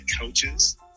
coaches